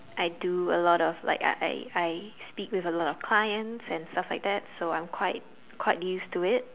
I do a lot of like I I speak with a lot of clients and stuff like that so I'm quite quite used to it